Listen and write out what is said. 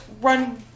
run